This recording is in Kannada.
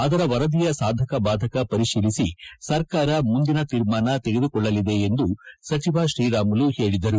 ಅದರ ವರದಿಯ ಸಾಧಕ ಬಾಧಕ ಪರಿಶೀಲಿಸಿ ಸರ್ಕಾರ ಮುಂದಿನ ತೀರ್ಮಾನ ತೆಗೆದುಕೊಳ್ಳಲಿದೆ ಎಂದು ಸಚಿವ ಶ್ರೀರಾಮುಲು ಹೇಳಿದರು